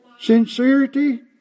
sincerity